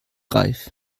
reif